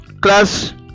class